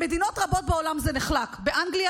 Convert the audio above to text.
במדינות רבות בעולם זה נחלק: באנגליה,